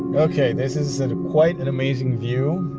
ok, this is quite an amazing view